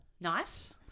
Nice